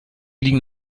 liegen